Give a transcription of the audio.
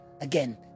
Again